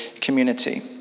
community